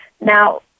Now